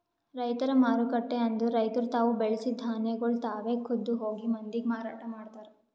ರೈತರ ಮಾರುಕಟ್ಟೆ ಅಂದುರ್ ರೈತುರ್ ತಾವು ಬೆಳಸಿದ್ ಧಾನ್ಯಗೊಳ್ ತಾವೆ ಖುದ್ದ್ ಹೋಗಿ ಮಂದಿಗ್ ಮಾರಾಟ ಮಾಡ್ತಾರ್